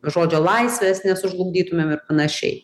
žodžio laisvės nesužlugdytumėm ir panašiai